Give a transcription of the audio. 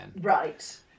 Right